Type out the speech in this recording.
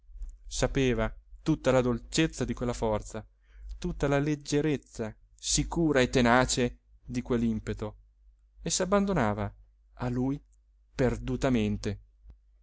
pochino sapeva tutta la dolcezza di quella forza tutta la leggerezza sicura e tenace di quell'impeto e s'abbandonava a lui perdutamente